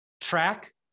Track